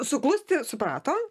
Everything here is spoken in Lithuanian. suklusti suprato